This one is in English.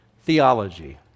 theology